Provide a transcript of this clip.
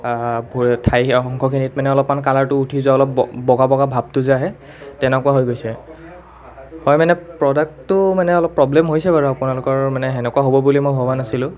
পূৰা ঠাই অংশখিনিত মানে অলপমান কালাৰটো উঠি যোৱা অলপ ব বগা বগা ভাৱটো যে আহে তেনেকুৱা হৈ গৈছে হয় মানে প্ৰডাক্টটো মানে অলপ প্ৰব্লেম হৈছে বাৰু আপোনালোকৰ মানে সেনেকুৱা হ'ব বুলি মই ভবা নাছিলোঁ